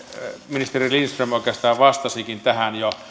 ministeri lindström oikeastaan vastasikin tähän jo